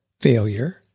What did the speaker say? failure